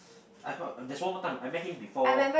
I heard there's one more time I met him before